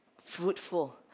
fruitful